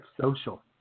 social